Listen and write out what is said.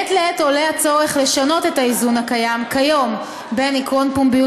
מעת לעת עולה הצורך לשנות את האיזון הקיים כיום בין עקרון פומביות